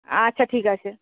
আচ্ছা ঠিক আছে